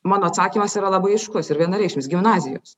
mano atsakymas yra labai aiškus ir vienareikšmis gimnazijos